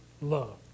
love